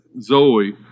Zoe